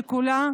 שקולה,